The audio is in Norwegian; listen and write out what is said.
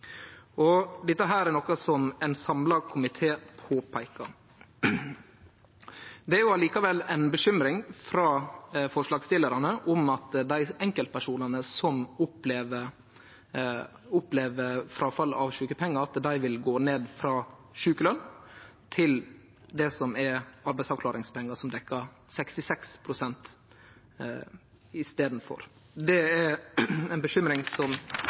er noko som ein samla komité påpeikar. Det er likevel ei bekymring frå forslagsstillarane si side om at dei enkeltpersonane som opplever fråfall av sjukepengar, vil gå ned frå sjukeløn til det som er arbeidsavklaringspengar, som i staden dekkjer 66 pst. Det er ei bekymring som